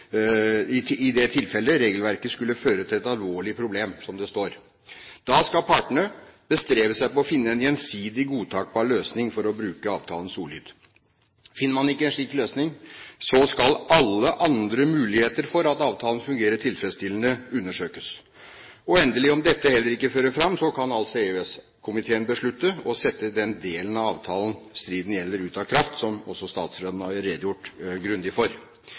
i tilfelle regelverket skulle føre til et alvorlig problem, som det står. Da skal partene bestrebe seg på å finne en gjensidig godtakbar løsning, for å bruke avtalens ordlyd. Finner man ikke en slik løsning, skal alle andre muligheter for at avtalen skal fungere tilfredsstillende, undersøkes. Og endelig – om heller ikke dette fører fram – kan EØS-komiteen beslutte å sette den delen av avtalen striden gjelder, ut av kraft, som også statsråden har redegjort grundig for.